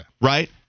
Right